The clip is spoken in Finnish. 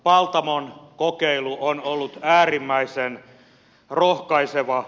paltamon kokeilu on ollut äärimmäisen rohkaiseva